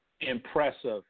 impressive